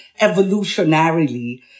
evolutionarily